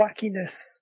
wackiness